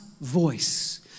voice